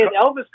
Elvis